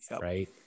Right